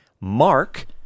Mark